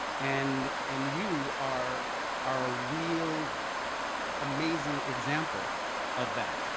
and and you are are a real amazing example of that.